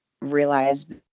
realized